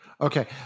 Okay